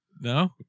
No